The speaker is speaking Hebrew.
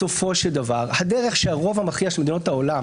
בסופו של דבר הדרך שהרוב המכריע של מדינות העולם